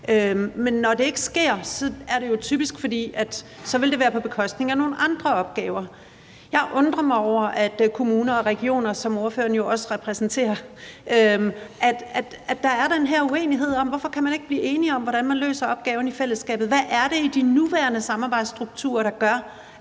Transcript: fordi det så vil være på bekostning af nogle andre opgaver. Jeg undrer mig over, at der i kommunerne og regionerne, som ordføreren jo også repræsenterer, er den her uenighed. Hvorfor kan man ikke blive enige om, hvordan man løser opgaven i fællesskab? Hvad er det i de nuværende samarbejdsstrukturer, der gør,